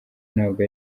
ntabwo